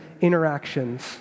interactions